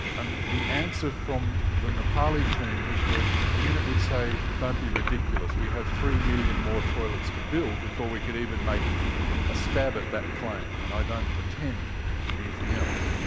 and the answer from the nepali team who's working at the minute would say, don't be ridiculous we have three million more toilets to build before we can even make a stab at that claim. and i don't pretend anything else.